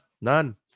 None